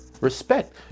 Respect